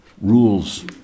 rules